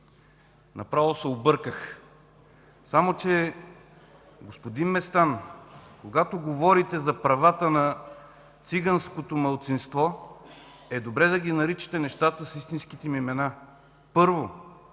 Направо се обърках! Само че, господин Местан, когато говорите за правата на циганското малцинство, добре е да наричате нещата с истинските им имена. Първо,